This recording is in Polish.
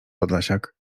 podlasiak